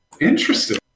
Interesting